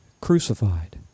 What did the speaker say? crucified